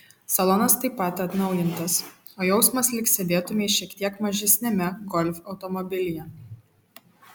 salonas taip pat atnaujintas o jausmas lyg sėdėtumei šiek tiek mažesniame golf automobilyje